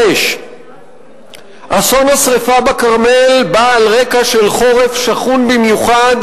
5. אסון השרפה בכרמל בא על רקע של חורף שחון במיוחד,